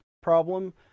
problem